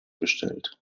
bestellt